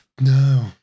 No